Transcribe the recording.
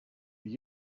were